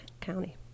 County